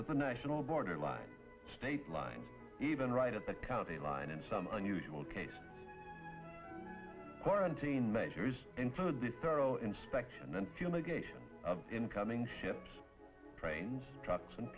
the national border line state line even right at the county line and some unusual case quarantine measures include the thorough inspection and fumigation of incoming ships trains trucks and